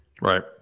Right